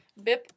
bip